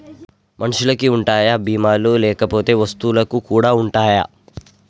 మనుషులకి ఉంటాయా బీమా లు లేకపోతే వస్తువులకు కూడా ఉంటయా?